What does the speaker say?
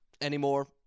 anymore